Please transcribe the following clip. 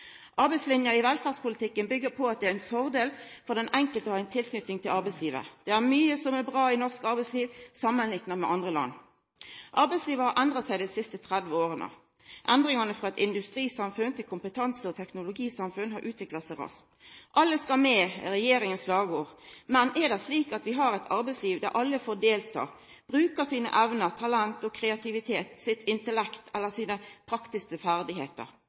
Arbeidslinja i velferdspolitikken byggjer på at det er ein fordel for den enkelte å ha ei tilknyting til arbeidslivet. Det er mykje som er bra i norsk arbeidsliv, samanlikna med andre land. Arbeidslivet har endra seg dei siste 30 åra. Endringane frå eit industrisamfunn til eit kompetanse- og teknologisamfunn har utvikla seg raskt. «Alle skal med», er regjeringas slagord. Men er det slik at vi har eit arbeidsliv der alle får delta, bruka sine evner, talent og sin kreativitet, sitt intellekt eller sine praktiske ferdigheiter?